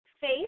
Faith